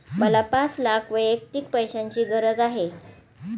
मला पाच लाख वैयक्तिक पैशाची गरज आहे